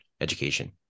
education